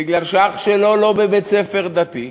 בגלל שאח שלו לא בבית-ספר דתי,